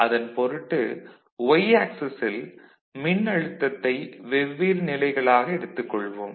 அதன்பொருட்டு Y ஆக்சிஸில் மின்னழுத்தத்தை வெவ்வேறு நிலைகளாக எடுத்துக்கொள்வோம்